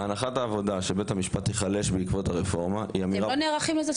הנחת העבודה שבית המשפט ייחלש בעקבות הרפורמה -- אתם לא נערכים לזה?